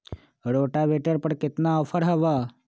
Rotavator पर केतना offer हव?